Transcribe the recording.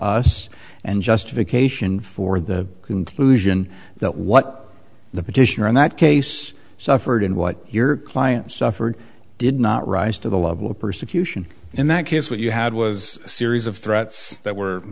us and justification for the conclusion that what the petitioner in that case suffered and what your client suffered did not rise to the level of persecution in that case what you had was a series of threats that were